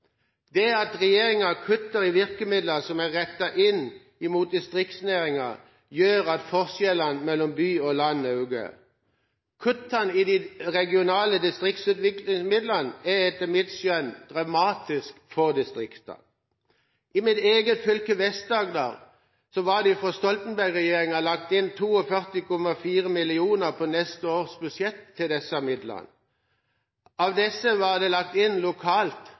Det at regjeringa kutter i virkemidler som er rettet inn mot distriktsnæringer, gjør at forskjellene mellom by og land øker. Kuttene i de regionale distriktsutviklingsmidlene er etter mitt skjønn dramatisk for distriktene. I mitt eget fylke, Vest-Agder, var det fra Stoltenberg-regjeringa lagt inn 42,4 mill. kr til disse midlene på neste års budsjett. Av disse var det lagt inn lokalt